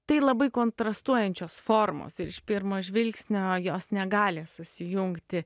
tai labai kontrastuojančios formos ir iš pirmo žvilgsnio jos negali susijungti